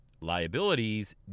liabilities